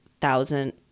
thousand